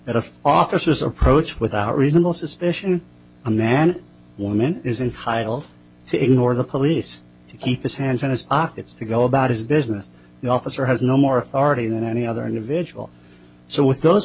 that of officers approach without reasonable suspicion a man woman is in hydel to ignore the police to keep his hands in his pockets to go about his business the officer has no more authority than any other individual so with those